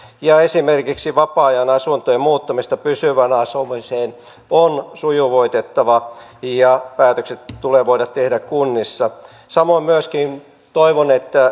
esimerkiksi vapaa ajanasuntojen muuttamista pysyvään asumiseen on sujuvoitettava ja päätökset tulee voida tehdä kunnissa samoin myöskin toivon että